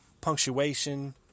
punctuation